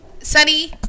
sunny